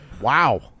Wow